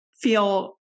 feel